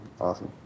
awesome